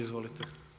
Izvolite.